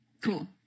cool